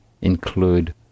include